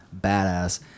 badass